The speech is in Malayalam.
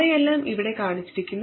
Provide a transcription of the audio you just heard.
അവയെല്ലാം ഇവിടെ കാണിച്ചിരിക്കുന്നു